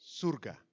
surga